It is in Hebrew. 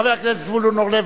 חבר הכנסת זבולון אורלב,